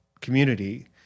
community